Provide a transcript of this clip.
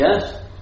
Yes